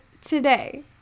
today